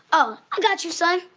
oh, i got you son.